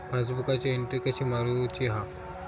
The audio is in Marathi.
पासबुकाची एन्ट्री कशी मारुची हा?